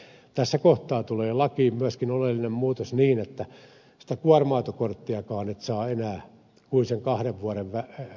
mutta tässä kohtaan tulee lakiin myöskin oleellinen muutos niin että sitä kuorma autokorttiakaan et saa enää kuin sen kahden vuoden päähän